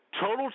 Total